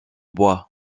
bois